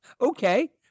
Okay